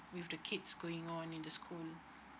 with the kids going on in the school mm